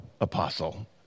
apostle